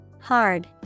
Hard